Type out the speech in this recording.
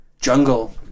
jungle